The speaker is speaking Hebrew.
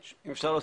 אם אפשר להוסיף,